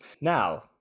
Now